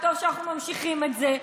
וטוב שאנחנו ממשיכים את זה.